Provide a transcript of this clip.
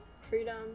Freedom